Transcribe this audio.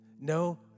No